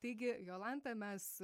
taigi jolanta mes